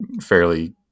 fairly